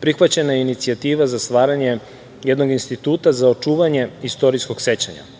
prihvaćena je inicijativa za stvaranje jednog instituta za očuvanje istorijskog sećanja. Mi